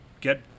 get